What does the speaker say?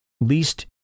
Least